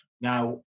Now